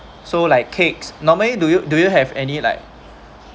so like cakes normally do you do you have any like